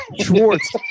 Schwartz